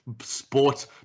sports